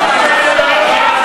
ייאמן.